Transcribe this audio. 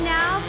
Now